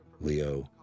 Leo